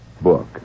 book